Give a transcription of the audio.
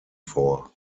vor